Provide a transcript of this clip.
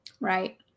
right